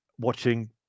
watching